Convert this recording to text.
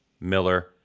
Miller